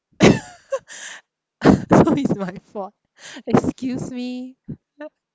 so it's my fault excuse me